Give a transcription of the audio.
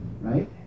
right